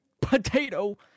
Potato